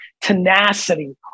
tenacity